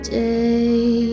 day